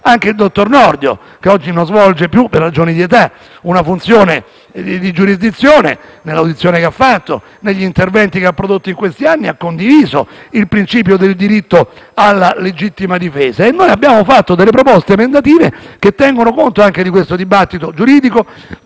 anche il dottor Nordio, che oggi, per ragioni di età, non svolge più una funzione di giurisdizione, nell'audizione che ha fatto e negli interventi che ha prodotto in questi anni ha condiviso il principio del diritto alla legittima difesa e noi abbiamo fatto delle proposte emendative che tengono conto anche di questo dibattito giuridico